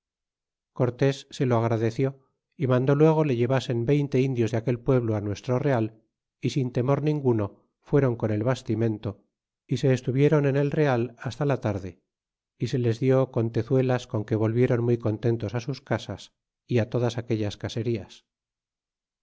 cortés se lo agradeció y mandó luego le llevasen veinte indios de aquel pueblo nuestro real y sin temor ninguno fueron con el bastimento y se estuviéron en el real hasta la tarde y se les dió contezuelas con que volvieron muy contentos sus casas é todas aquellas caserías